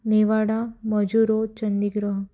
Nevada Majuro Chandigarh